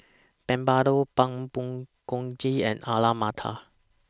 Papadum Pork Bulgogi and Alu Matar